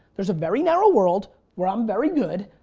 there's a very narrow world where i'm very good.